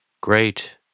Great